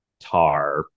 tar